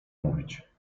mówić